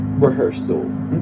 Rehearsal